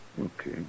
Okay